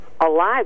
alive